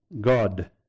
God